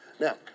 Now